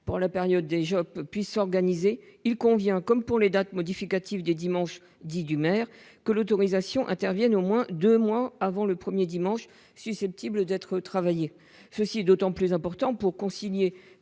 professionnelle et vie familiale, il convient, comme pour les dates modificatives des dimanches dits du maire, que l'autorisation intervienne au moins deux mois avant le premier dimanche susceptible d'être travaillé. Cela est d'autant plus important que cette